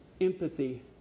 empathy